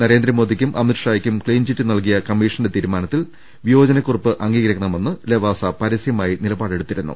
നരേന്ദ്രമോദിക്കും അമിത് ഷായ്ക്കും clean chit നൽകിയ കമ്മീഷന്റെ തീരുമാനത്തിൽ തന്റെ വിയോജനക്കുറിപ്പ് അംഗീകരിക്കണമെന്ന് ലവാസ പരസ്യമായി നിലപാടെടുത്തിരുന്നു